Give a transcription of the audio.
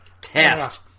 Test